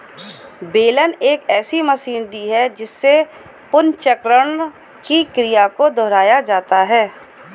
बेलन एक ऐसी मशीनरी है जिसमें पुनर्चक्रण की क्रिया को दोहराया जाता है